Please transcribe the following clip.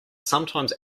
sometimes